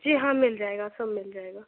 जी हाँ मिल जाएगा सब मिल जाएगा